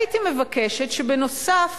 הייתי מבקשת שבנוסף